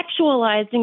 sexualizing